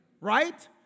Right